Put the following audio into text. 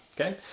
Okay